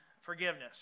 forgiveness